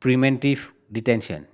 preventive detention